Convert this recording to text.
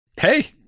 Hey